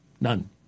None